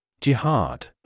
Jihad